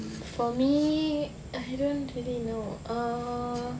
for me I don't really know err